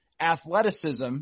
athleticism